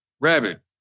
Rabbit